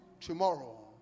tomorrow